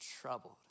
troubled